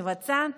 מבצעת,